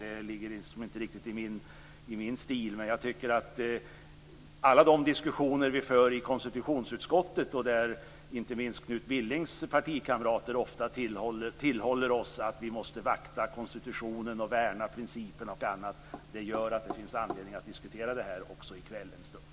Det är liksom inte min stil. Men jag tänker på alla de diskussioner vi för i konstitutionsutskottet. Inte minst Knut Billings partikamrater tillhåller oss ofta att vi måste vakta konstitutionen och värna principer och annat. Det gör att det finns anledning att diskutera det här också i kvällens stund.